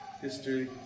history